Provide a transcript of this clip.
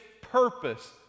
purpose